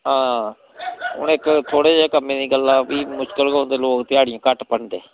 हां हून इक थोह्ड़े जेह् कम्मै दी गल्ला भी लोक मुश्कल गै औंदे ध्याड़ियां घट्ट भन्नदे